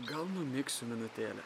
gal numigsiu minutėlę